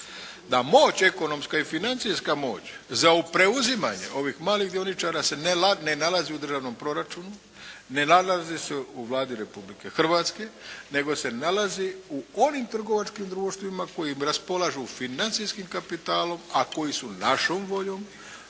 da moć ekonomska i financijska moć za preuzimanje ovih malih dioničara se ne nalazi u državnom proračunu, ne nalazi se u Vladi Republike Hrvatske nego se nalazi u onim trgovačkim društvima kojim raspolažu financijskim kapitalom, a koji su našom voljom